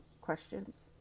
questions